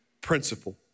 principle